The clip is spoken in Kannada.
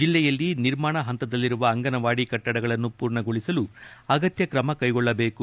ಜಿಲ್ಲೆಯಲ್ಲಿ ನಿರ್ಮಾಣ ಹಂತದಲ್ಲಿರುವ ಅಂಗನವಾಡಿ ಕಟ್ಟಡಗಳನ್ನು ಪೂರ್ಣಗೊಳಿಸಲು ಅಗತ್ಯ ತ್ರಮ ಕೈಗೊಳ್ಳಬೇಕು